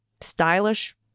Stylish